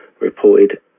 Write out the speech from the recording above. reported